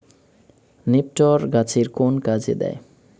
নিপটর গাছের কোন কাজে দেয়?